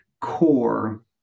core